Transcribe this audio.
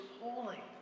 holy